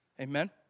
Amen